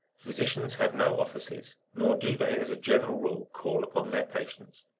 physicians have no offices, nor do they, as a general rule, call upon their patients.